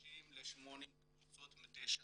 ויש 80-50 קבוצות מדי שנה.